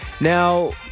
now